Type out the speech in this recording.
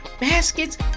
baskets